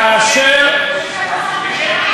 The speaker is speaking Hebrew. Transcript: כאשר, בשם מי?